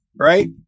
right